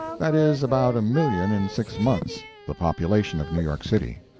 that is about a million in six months the population of new york city.